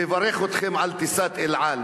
מברך אתכם על טיסת "אל על".